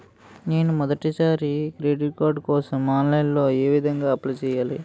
నేను మొదటిసారి credit card కోసం ఆన్లైన్ లో ఏ విధంగా అప్లై చేయాలి?